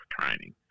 training